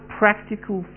practical